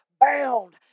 bound